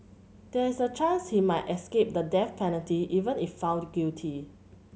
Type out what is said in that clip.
there is a chance he might escape the death penalty even if found guilty